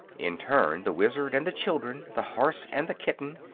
in turn the wizard and the children the horse and the kitten,